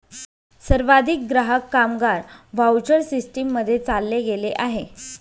सर्वाधिक ग्राहक, कामगार व्हाउचर सिस्टीम मध्ये चालले गेले आहे